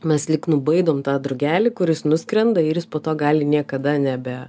mes lyg nubaidom tą drugelį kuris nuskrenda ir jis po to gali niekada nebe